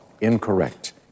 Incorrect